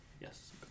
Yes